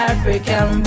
African